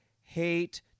hate